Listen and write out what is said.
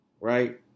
right